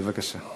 בבקשה.